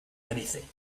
anything